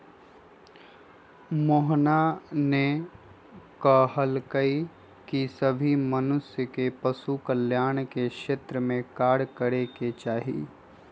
मोहना ने कहल कई की सभी मनुष्य के पशु कल्याण के क्षेत्र में कार्य करे के चाहि